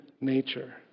nature